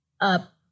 up